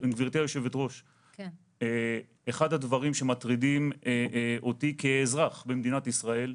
אחד הדברים שמטרידים אותי כאזרח במדינת ישראל,